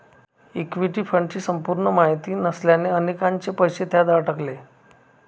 equity फंडची संपूर्ण माहिती नसल्याने अनेकांचे पैसे त्यात अडकले